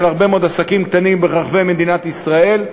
הרבה מאוד עסקים קטנים ברחבי מדינת ישראל.